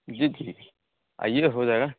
जी जी आइएगा हो जाएगा